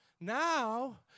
now